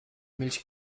milch